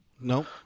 No